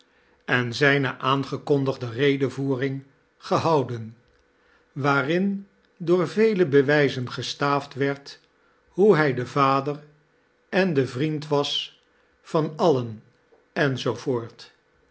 en zijne aangekondigde redevoering gehouden waarin door vele bewijzen gestaafd werd hoe hij de vader en de vriend was van alien